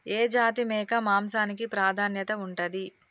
ఏ జాతి మేక మాంసానికి ప్రాధాన్యత ఉంటది?